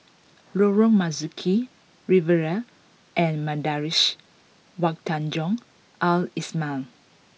Lorong Marzuki Riviera and Madrasah Wak Tanjong Al islamiah